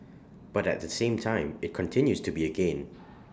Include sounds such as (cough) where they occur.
but at the same time IT continues to be A gain (noise)